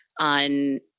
on